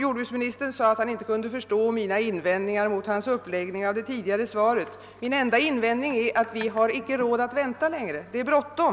Jordbruksministern sade att han inte kunde förstå mina invändningar mot hans uppläggning av hans tidigare lämnade svar. Min enda invändning är att vi inte har råd att vänta längre. Det är bråttom!